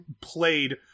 played